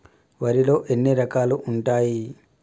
వరిలో ఎన్ని రకాలు ఉంటాయి?